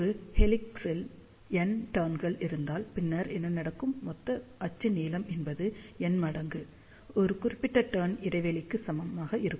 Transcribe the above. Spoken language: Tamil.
ஒரு ஹெலிக்ஸில் n டர்ன்கள் இருந்தால் பின்னர் என்ன நடக்கும் மொத்த அச்சு நீளம் என்பது n மடங்கு ஒரு குறிப்பிட்ட டர்ன் இடைவெளிக்கு சமமாக இருக்கும்